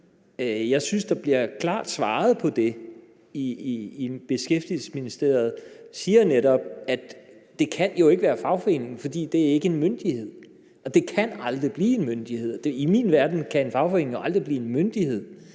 jeg synes, der klart bliver svaret på det. Beskæftigelsesministeriet siger netop, at det jo ikke kan være en fagforening, fordi det ikke er en myndighed; det kan aldrig blive en myndighed. I min verden kan en fagforening jo aldrig blive en myndighed,